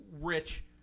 Rich